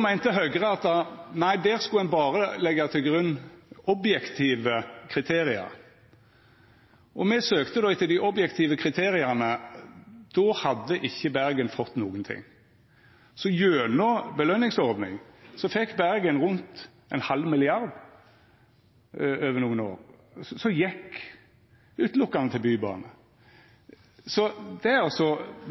meinte at nei, der skulle ein berre leggja til grunn objektive kriterium. Me søkte då etter dei objektive kriteria. Då hadde ikkje Bergen fått noko. Så gjennom belønningsordning fekk Bergen rundt ein halv milliard over nokre år, som utelukkande gjekk til bybane.